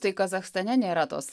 tai kazachstane nėra tos